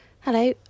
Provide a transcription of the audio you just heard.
Hello